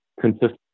consistent